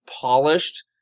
polished